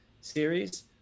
series